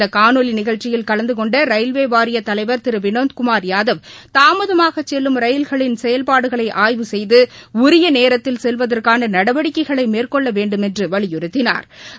இந்த காணொலி நிகழ்ச்சியில் கலந்து கொண்ட ரயில்வே வாரிய தலைவர் திரு வினோத் குமார் யாதவ் தாமதமாக செல்லும் ரயில்களின் செயல்பாடுகளை ஆய்வு செய்து உரிய நேரத்தில் செல்வதற்கான நடவடிக்கைகளை மேற்கொள்ள வேண்டுமென்று வலியுறுத்தினாா்